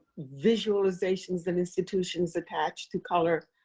visualizations and institutions attached to color,